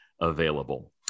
available